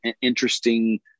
interesting